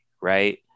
right